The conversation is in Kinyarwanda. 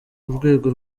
urwego